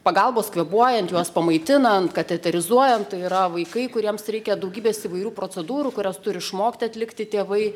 pagalbos kvėpuojant juos pamaitinant kateterizuojant yra vaikai kuriems reikia daugybės įvairių procedūrų kurias turi išmokti atlikti tėvai